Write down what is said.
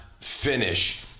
finish